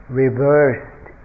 reversed